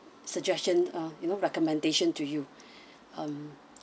suggestion uh you know recommendation to you um